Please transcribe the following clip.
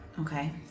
Okay